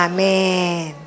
Amen